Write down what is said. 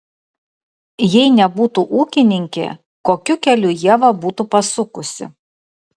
jei nebūtų ūkininkė kokiu keliu ieva būtų pasukusi